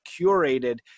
curated